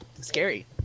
Scary